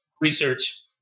research